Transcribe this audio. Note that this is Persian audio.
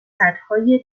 سدهای